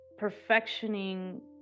perfectioning